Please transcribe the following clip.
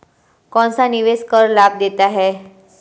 कौनसा निवेश कर लाभ देता है?